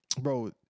Bro